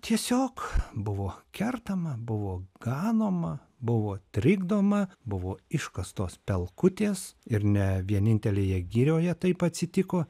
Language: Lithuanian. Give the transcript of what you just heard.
tiesiog buvo kertama buvo ganoma buvo trikdoma buvo iškastos pelkutės ir ne vienintelėje girioje taip atsitiko